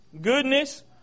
goodness